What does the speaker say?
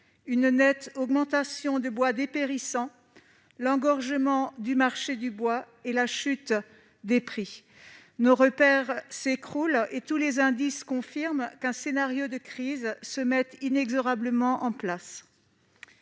nette augmentation du bois dépérissant, engorgement du marché du bois et chute des prix. Nos repères s'écroulent, et tous les indices confirment qu'un scénario de crise se met inexorablement en place.